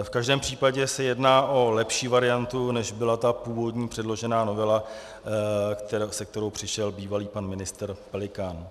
V každém případě se jedná o lepší variantu, než byla ta původní předložená novela, se kterou přišel bývalý pan ministr Pelikán.